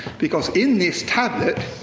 because in this tablet,